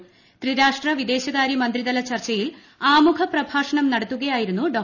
പത്രിരാഷ്ട്ര വിദേശകാരൃമന്ത്രിതല ചർച്ചയിൽ ആമുഖ പ്രഭാഷണം നടത്തുകയായിരുന്നു ഡോ